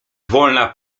wolna